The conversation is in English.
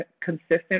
consistent